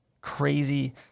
crazy